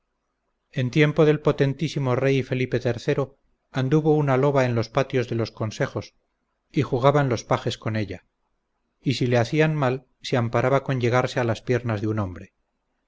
en tiempo del potentísimo rey felipe iii anduvo una loba en los patios de los consejos y jugaban los pajes con ella y si le hacían mal se amparaba con llegarse a las piernas de un hombre